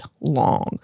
long